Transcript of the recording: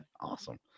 awesome